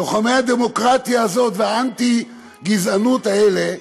לוחמי הדמוקרטיה והאנטי-גזענות האלה,